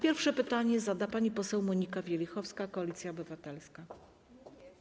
Pierwsze pytanie zada pani poseł Monika Wielichowska, Koalicja Obywatelska.